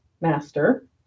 master